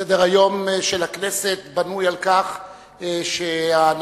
סדר-היום של הכנסת בנוי על כך שאנשים